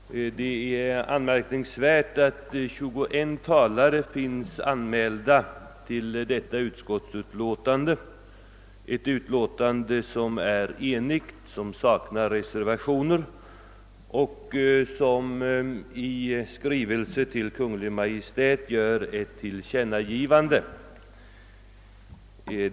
Herr talman! Det är anmärkningsvärt att 21 talare anmält sig till debaten kring detta utskottsutlåtande, ett utlåtande som är enhälligt, som alltså saknar reservationer och som utmyn nar i ett förslag om att riksdagen i skrivelse till Kungl. Maj:t skall göra ett tillkännagivande.